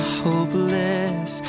hopeless